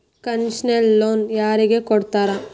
Concessional loan ಯಾರಿಗ್ ಕೊಡ್ತಾರ?